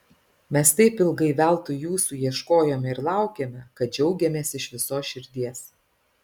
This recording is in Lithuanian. mes taip ilgai veltui jūsų ieškojome ir laukėme kad džiaugiamės iš visos širdies